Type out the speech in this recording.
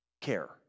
care